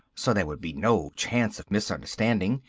so there would be no chance of misunderstanding.